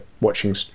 watching